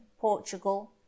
portugal